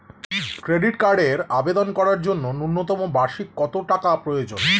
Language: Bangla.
ক্রেডিট কার্ডের আবেদন করার জন্য ন্যূনতম বার্ষিক কত টাকা প্রয়োজন?